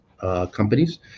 companies